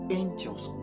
angels